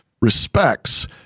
respects